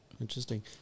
Interesting